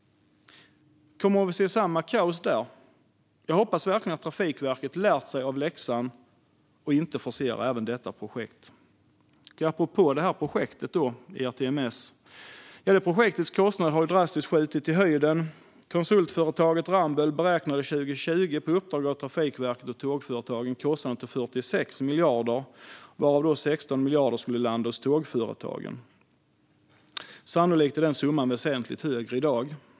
Kommer vi att se samma kaos då? Jag hoppas verkligen att Trafikverket har lärt sig av läxan och inte forcerar även detta projekt. Apropå ERTMS har kostnaden för projektet drastiskt skjutit i höjden. Konsultföretaget Ramboll beräknade 2020 på uppdrag av Trafikverket och Tågföretagen kostnaden till 46 miljarder, varav 16 miljarder skulle landa hos tågföretagen. Sannolikt är den summan väsentligt högre i dag.